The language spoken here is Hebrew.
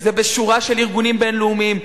זה בשורה של ארגונים בין-לאומיים,